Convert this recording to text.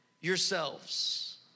yourselves